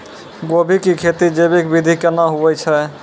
गोभी की खेती जैविक विधि केना हुए छ?